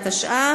התשע"ה